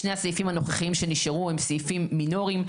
שני הסעיפים הנוכחים שנשארו הם סעיפים מינוריים.